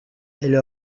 elle